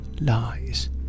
lies